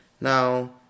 Now